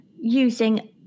using